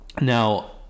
Now